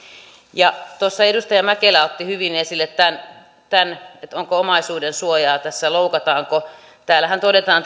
ja tuossa edustaja mäkelä otti hyvin esille tämän että onko tässä omaisuuden suojaa loukataanko sitä täällä voimaanpanosäännöksessähän todetaan